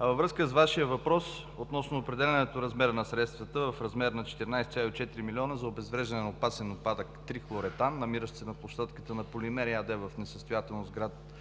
Във връзка с Вашия въпрос относно определяне размера на средствата в размер на 14,4 милиона за обезвреждане на опасен отпадък трихлоретан, намиращ се на площадката на „Полимери“ АД, в несъстоятелност, град Девня,